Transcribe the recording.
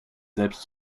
selbst